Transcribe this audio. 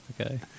okay